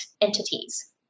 entities